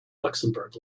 luxembourg